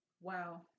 Wow